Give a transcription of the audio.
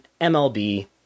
MLB